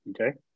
okay